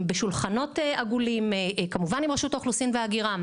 בשולחנות עגולים עם רשות האוכלוסין וההגירה,